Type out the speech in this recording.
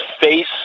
face